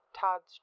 Todd's